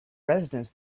residents